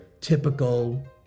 typical